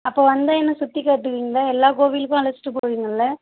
அப்போது வந்தால் என்ன சுற்றி காட்டுவீங்ளா எல்லா கோவிலுக்கும் அழைச்சிட்டு போவிங்கல்ல